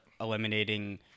eliminating